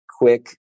quick